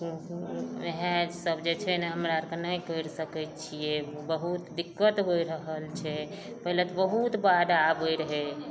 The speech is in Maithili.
पूरा सुनि लेब ओहए सब जे छै ने हमरा आरके नहि तोरि सकै छियै बहुत दिक्कत होइ रहल छै पहिले बहुत बाढ़ि आबै रहै